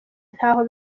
ntaho